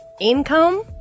income